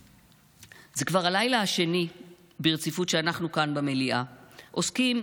זה כבר הלילה השני ברציפות שאנחנו כאן במליאה עוסקים,